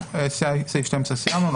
את סעיף 12 סיימנו.